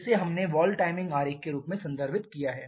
इसे हमने valve timing आरेख के रूप में संदर्भित किया है